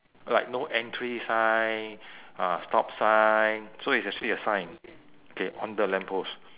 like no entry sign uh stop sign so it's actually a sign okay on the lamp post